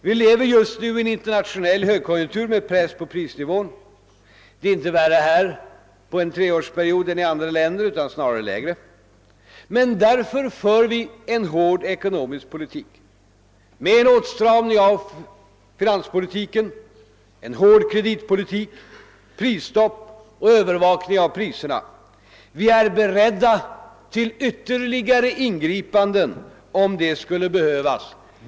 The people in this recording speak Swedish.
Vi lever just nu i en internationell högkonjunktur med press på prisnivån. Det är inte värre här på en treårsperiod än i andra länder, utan snarare tvärtom. Därför för vi en hård ekonomisk politik med åtstramning av finanspolitiken, en hård kreditpolitik, prisstopp och övervakning av priserna. Vi är beredda till ytterligare ingripanden om det skulle behövas.